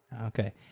Okay